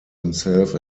himself